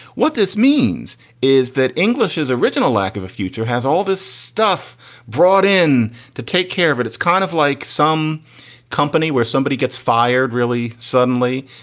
what this means is that english is original lack of a future. has all this stuff brought in to take care of it. it's kind of like some company where somebody gets fired really suddenly.